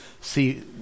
See